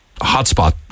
hotspot